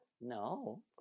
No